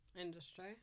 Industry